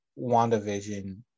WandaVision